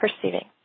perceiving